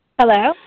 Hello